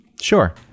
sure